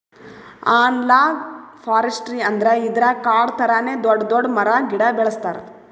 analogue forestry ಅಂದ್ರ ಇದ್ರಾಗ್ ಕಾಡ್ ಥರಾನೇ ದೊಡ್ಡ್ ದೊಡ್ಡ್ ಮರ ಗಿಡ ಬೆಳಸ್ತಾರ್